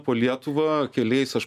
po lietuvą keliais aš